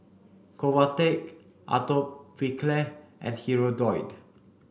Convatec Atopiclair and Hirudoid